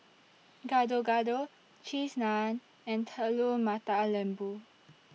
Gado Gado Cheese Naan and Telur Mata Lembu